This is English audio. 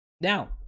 Now